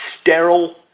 sterile